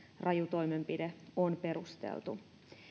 raju toimenpide on perusteltu